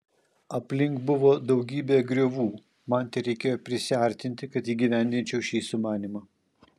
aplink buvo daugybė griovų man tereikėjo prisiartinti kad įgyvendinčiau šį sumanymą